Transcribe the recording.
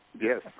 Yes